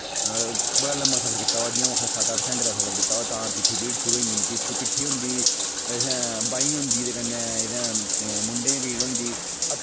बड़ा लम्मा सफर कीता होऐ जि'यां अ'ऊं आखादा सत्त अट्ठ घैंटे दा सफर कीता होऐ तां पिट्ठी पीड़ शुरू होई जंदी मिकी पिट्ठी होंदी इत्थै बाहीं होंदी ते कन्नै इत्थै अपने मुंडै होंदी